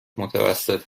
متوسط